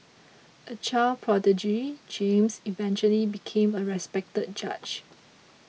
a child prodigy James eventually became a respected judge